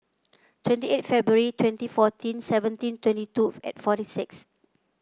twenty eight February twenty fourteen seventeen twenty two forty six